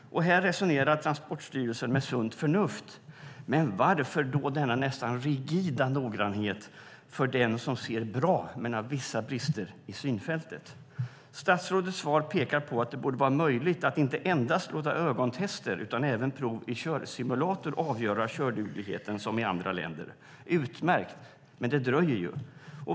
Här resonerar Transportstyrelsen med sunt förnuft. Men varför då denna nästan rigida noggrannhet för den som ser bra men har vissa brister i synfältet? Statsrådets svar pekar på att det borde vara möjligt att inte endast låta ögontester utan även prov i körsimulator avgöra kördugligheten som i andra länder. Det är utmärkt, men det dröjer ju.